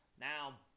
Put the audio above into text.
Now